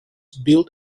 built